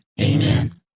Amen